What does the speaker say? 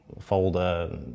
folder